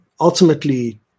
Ultimately